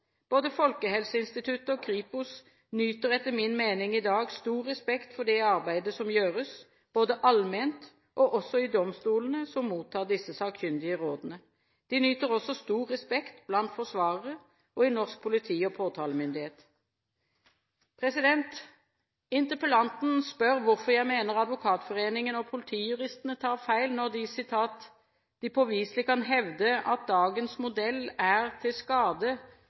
Både Folkehelseinstituttet og Kripos nyter etter min mening i dag stor respekt for det arbeidet som gjøres, både allment og også i domstolene, som mottar disse sakkyndige rådene. De nyter også stor respekt blant forsvarere og i norsk politi og påtalemyndighet. Interpellanten spør hvorfor jeg mener Advokatforeningen og politijuristene tar feil når de «påviselig kan hevde at dagens modell er til skade,